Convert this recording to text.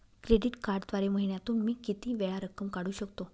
Credit कार्डद्वारे महिन्यातून मी किती वेळा रक्कम काढू शकतो?